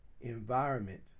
environment